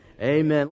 amen